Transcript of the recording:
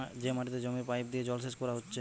যে মাটিতে জমির পাইপ দিয়ে জলসেচ কোরা হচ্ছে